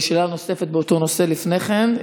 שאלה נוספת באותו נושא לפני כן.